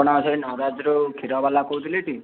ଆପଣ ସେଇ ନରାଜରୁ କ୍ଷୀରବାଲା କହୁଥିଲେ ଟି